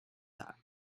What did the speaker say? that